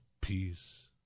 peace